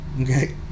okay